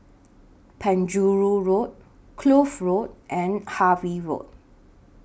Penjuru Road Kloof Road and Harvey Road